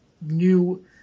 new